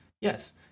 Yes